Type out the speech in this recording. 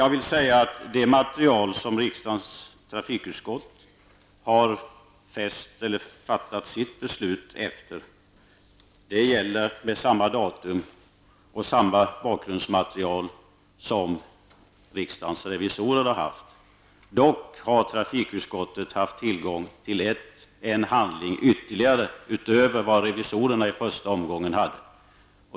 Jag vill dock säga att det material som riksdagens trafikutskott har grundat sitt beslut på är samma bakgrundsmaterial som riksdagens revisorer har haft. Trafikutskottet har dock haft tillgång till ytterligare en handling utöver vad revisorerna hade i första omgången.